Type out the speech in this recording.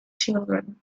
children